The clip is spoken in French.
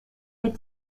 est